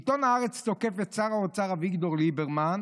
עיתון הארץ תוקף את שר האוצר אביגדור ליברמן